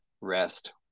rest